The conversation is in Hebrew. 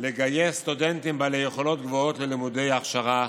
לגייס סטודנטים בעלי יכולות גבוהות ללימודי הכשרה